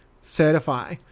certify